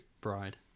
Bride